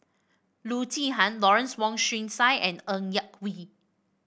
Loo Zihan Lawrence Wong Shyun Tsai and Ng Yak Whee